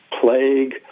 plague